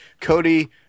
Cody